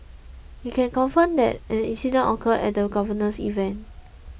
we can confirm that an incident occurred at the governor's event